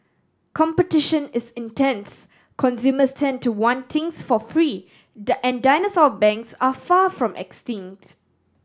competition is intense consumers tend to want things for free and dinosaur banks are far from extinct